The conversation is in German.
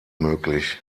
möglich